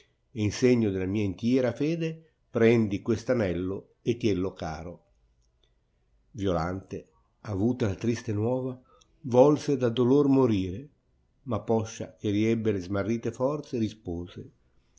in segno della mia intiera fede prendi questo anello e tiello caro violante avuta la trista nuova volse da dolor morire ma poscia che riebbe le smarrite forze rispose